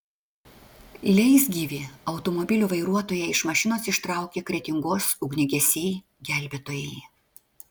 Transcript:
leisgyvį automobilio vairuotoją iš mašinos ištraukė kretingos ugniagesiai gelbėtojai